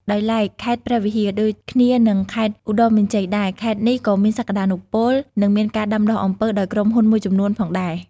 ដោយឡែកខេត្តព្រះវិហារ ដូចគ្នានឹងខេត្តឧត្តរមានជ័យដែរ ខេត្តនេះក៏មានសក្តានុពល និងមានការដាំដុះអំពៅដោយក្រុមហ៊ុនមួយចំនួនផងដែរ។